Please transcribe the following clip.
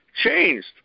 changed